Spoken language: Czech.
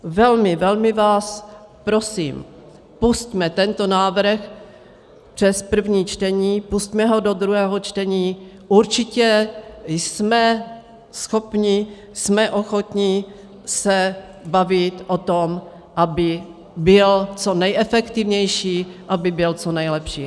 Velmi, velmi vás prosím, pusťme tento návrh přes první čtení, pusťme ho do druhého čtení, určitě jsme schopni, jsme ochotni se bavit o tom, aby byl co nejefektivnější, aby byl co nejlepší.